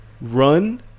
run